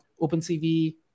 OpenCV